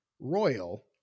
Royal